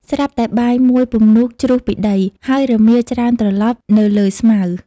ស្រាប់តែបាយមួយពំនូតជ្រុះពីដៃ ហើយរមៀលច្រើនត្រលប់នៅលើស្មៅ ។